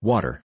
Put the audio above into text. Water